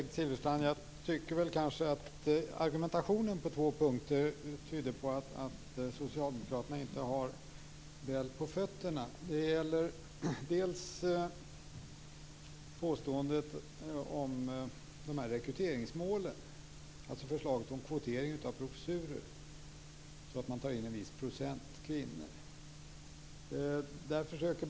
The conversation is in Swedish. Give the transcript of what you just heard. Fru talman! Bengt Silfverstrands argumentation på två punkter tyder på att Socialdemokraterna inte har väl på fötterna. Det gäller för det första påståendet om rekryteringsmålen, dvs. förslaget om kvotering av professurer så att en viss procent kvinnor tas in.